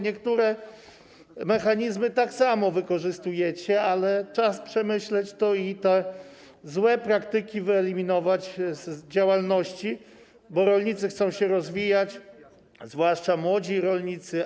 Niektóre mechanizmy tak samo wykorzystujecie, ale czas to przemyśleć i te złe praktyki wyeliminować z działalności, bo rolnicy chcą się rozwijać, zwłaszcza młodzi rolnicy.